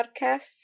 podcasts